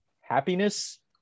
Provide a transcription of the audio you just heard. Happiness